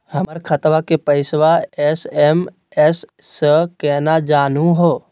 हमर खतवा के पैसवा एस.एम.एस स केना जानहु हो?